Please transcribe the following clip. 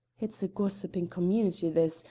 it's a gossiping community this,